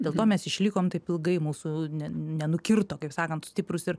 dėl to mes išlikom taip ilgai mūsų ne nenukirto kaip sakant stiprūs ir